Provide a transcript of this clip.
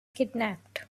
kidnapped